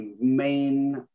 main